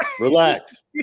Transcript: relax